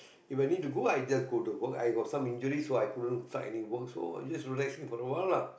If I need to go I just go to work I've got some injuries so I couldn't find any work so I just relaxing for a while lah